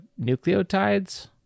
nucleotides